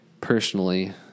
personally